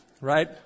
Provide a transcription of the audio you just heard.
right